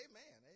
Amen